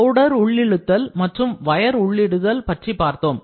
powder உள்ளிழுத்தல் மற்றும் wire உள்ளிடுதல் பற்றி பார்த்தோம்